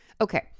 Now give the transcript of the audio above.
Okay